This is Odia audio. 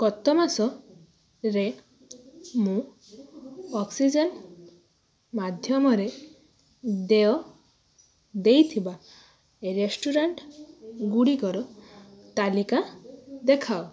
ଗତ ମାସରେ ମୁଁ ଅକ୍ସିଜେନ୍ ମାଧ୍ୟମରେ ଦେୟ ଦେଇଥିବା ରେଷ୍ଟୁରାଣ୍ଟଗୁଡ଼ିକର ତାଲିକା ଦେଖାଅ